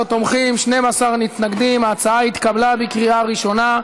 74) (הגנה על קטינים מפני תכנים פוגעניים באינטרנט),